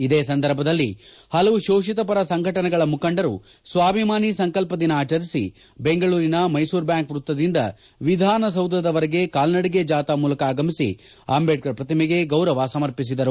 ಇದೇ ಸಂದರ್ಭದಲ್ಲಿ ಹಲವು ರೋಷಿತ ವರ ಸಂಘಟನೆಗಳ ಮುಖಂಡರು ಸ್ಥಾಭಿಮಾನಿ ಸಂಕಲ್ಪ ದಿನ ಆಚರಿಸಿ ಬೆಂಗಳೂರಿನ ಮೈಸೂರು ಬ್ಯಾಂಕ್ ವ್ಯತ್ತದಿಂದ ವಿಧಾನಸೌಧವರೆಗೆ ಕಾಲ್ನಡಿಗೆ ಜಾಥಾ ಮೂಲಕ ಆಗಮಿಸಿ ಅಂಬೇಡ್ಕರ್ ಪ್ರತಿಮಗೆ ಗೌರವ ಸಮರ್ಪಿಸಿದರು